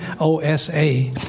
OSA